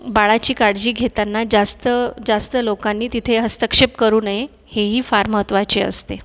बाळाची काळजी घेताना जास्त जास्त लोकांनी तिथे हस्तक्षेप करू नये हेही फार महत्वाचे असते